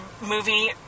movie